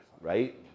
right